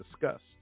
discussed